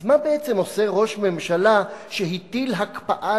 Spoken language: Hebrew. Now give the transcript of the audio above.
אז מה בעצם עושה ראש ממשלה שהטיל הקפאה